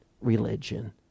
religion